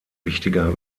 wichtiger